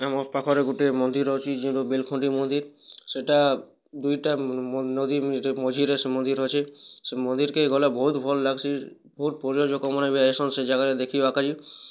ଆମ ପାଖରେ ଗୋଟେ ମନ୍ଦିର ଅଛି ଯେ ବେଲଖଣ୍ଡି ମନ୍ଦିର୍ ସେଇଟା ଦୁଇଟା ନଦୀରେ ମଝିରେ ସେ ମନ୍ଦିର୍ ଅଛି ସେ ମନ୍ଦିର୍ କେ ଗଲେ ବହୁତ୍ ଭଲ ଲାଗ୍ସି ବହୁତ୍ ପର୍ଯ୍ୟଟକମାନେ ବି ଆସନ୍ ସେ ଜାଗାରେ ଦେଖିବା ପାଇଁ